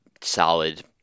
solid